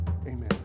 amen